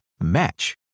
match